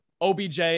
OBJ